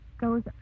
goes